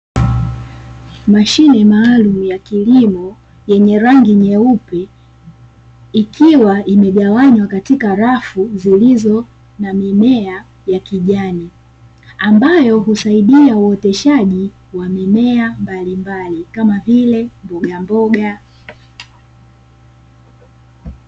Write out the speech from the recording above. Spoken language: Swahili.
Mashine maalum ya kilimo yenye rangi nyeupe, ikiwa imegawanywa katika rafu zilizo na mimea ya kijani ambayo husaidia uoteshaji wa mimea mbalimbali kama vile mboga mboga.